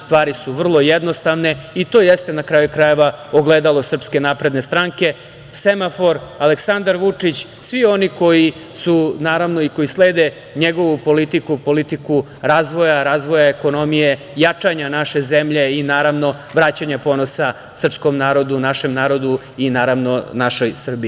Stvari su vrlo jednostavne i to jeste na kraju krajeva ogledalo SNS, semafor, Aleksandar Vučić, svi oni koji slede njegovu politiku, politiku razvoja, razvoja ekonomije, jačanja naše zemlje i naravno vraćanja ponosa srpskom narodu, našem narodu i naravno našoj Srbiji.